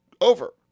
Over